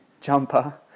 jumper